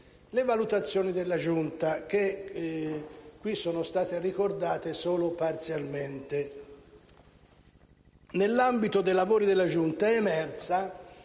alle valutazioni della Giunta, che qui sono state ricordate solo in parte. Nell'ambito dei lavori della Giunta è emersa